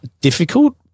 difficult